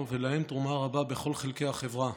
ויש להם תרומה רבה בכל חלקי החברה.